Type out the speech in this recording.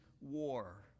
war